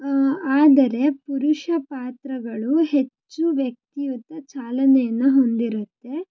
ಆದರೆ ಪುರುಷ ಪಾತ್ರಗಳು ಹೆಚ್ಚು ವ್ಯಕ್ತಿಯುತ ಚಲನೆಯನ್ನ ಹೊಂದಿರುತ್ತೆ